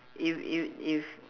if if if